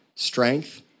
strength